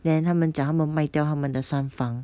then 他们讲他们卖掉他们的三房